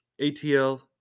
ATL